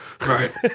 Right